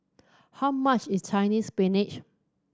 how much is Chinese Spinach